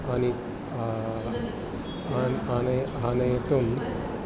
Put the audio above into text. आनी आ आन् आनय आनयितुम्